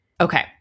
Okay